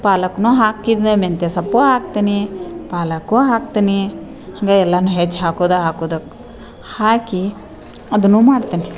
ಪಾಲಕ್ನೂ ಹಾಕಿದ್ನೆ ಮೆಂತ್ಯ ಸೊಪ್ಪೂ ಹಾಕ್ತೀನಿ ಪಾಲಕ್ಕೂ ಹಾಕ್ತೀನಿ ಇವೇ ಎಲ್ಲನ್ನೂ ಹೆಚ್ಚಿ ಹಾಕೋದೇ ಹಾಕೋದು ಹಾಕಿ ಅದನ್ನೂ ಮಾಡ್ತೀನಿ